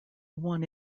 one